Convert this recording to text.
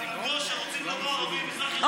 באבו גוש כשרוצים לבוא ערבים ממזרח ירושלים,